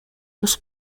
los